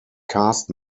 cast